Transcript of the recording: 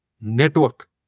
network